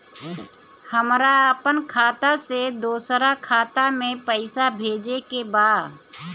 हमरा आपन खाता से दोसरा खाता में पइसा भेजे के बा